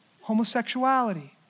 homosexuality